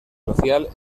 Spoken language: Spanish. social